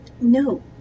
no